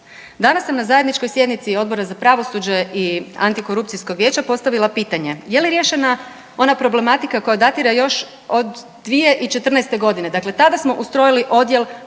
Danas sam na zajedničkoj sjednici Odbora za pravosuđe i antikorupcijskog vijeća postavila pitanje je li riješena ona problematika koja datira još od 2014. godine. Dakle, tada smo ustrojili odjel